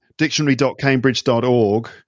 dictionary.cambridge.org